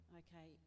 okay